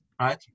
right